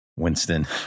Winston